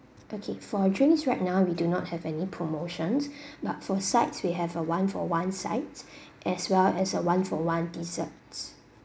okay for drinks right now we do not have any promotions but for sides we have a one for one sides as well as a one for one desserts